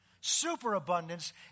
Superabundance